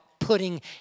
putting